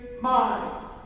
mind